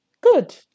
Good